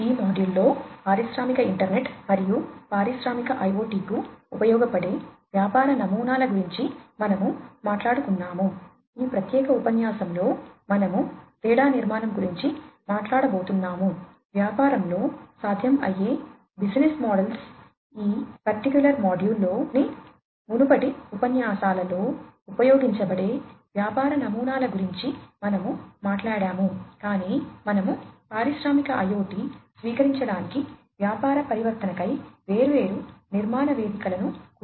ఈ మాడ్యూల్ చూద్దాం